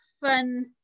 fun